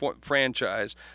franchise